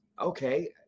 okay